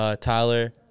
Tyler